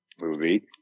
movie